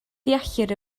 deallir